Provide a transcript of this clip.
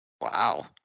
Wow